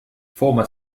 former